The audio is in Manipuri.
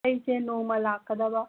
ꯑꯩꯁꯦ ꯅꯣꯡꯃ ꯂꯥꯛꯀꯗꯕ